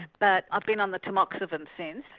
but i've been on the tamoxifen since.